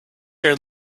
your